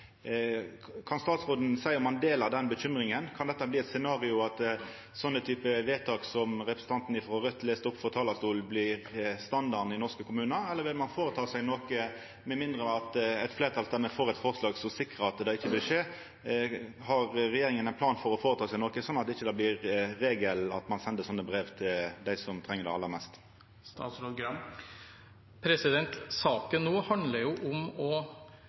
Kan statsråden seia om han deler den bekymringa? Kan det bli eit scenario at slike typar vedtak som representanten frå Raudt las opp for talarstolen, blir standarden i norske kommunar, eller vil ein føreta seg noko – med mindre eit fleirtal stemmer for eit forslag som sikrar at det ikkje vil skje. Har regjeringa ein plan for å føreta seg noko, slik at det ikkje blir regelen at ein sender slike brev til dei som treng det aller mest?